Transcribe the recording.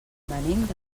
venim